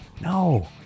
No